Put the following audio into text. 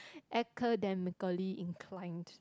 academically inclined